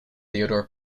theodor